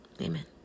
Amen